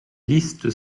listes